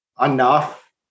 enough